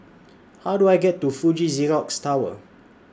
How Do I get to Fuji Xerox Tower